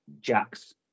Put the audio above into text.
Jack's